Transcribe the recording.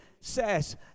says